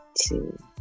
two